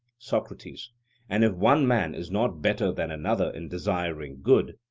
socrates and if one man is not better than another in desiring good,